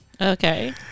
Okay